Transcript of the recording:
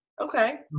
Okay